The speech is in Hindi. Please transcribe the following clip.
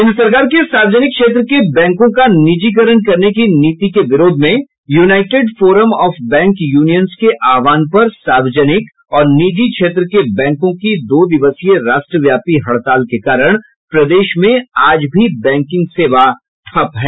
केंद्र सरकार के सार्वजनिक क्षेत्र के बैंकों का निजीकरण करने की नीति के विरोध में United Forum of Bank Unions के आह्वान पर सार्वजनिक और निजी क्षेत्र के बैंकों की दो दिवसीय राष्ट्रव्यापी हड़ताल के कारण प्रदेश में आज भी बैंकिंग सेवा ठप है